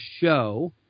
show